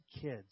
kids